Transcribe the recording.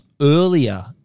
earlier